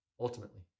ultimately